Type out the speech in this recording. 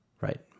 Right